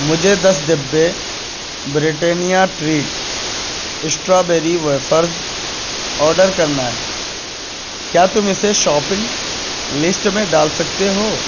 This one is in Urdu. مجھے دس ڈبے Britannia treat strawberry wafers order کرنا ہے کیا تم اسے شاپنگ لسٹ میں ڈال سکتے ہو